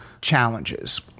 challenges